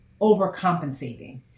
overcompensating